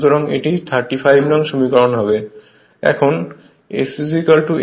সুতরাং এটি 35 নং সমীকরণ হবে